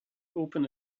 open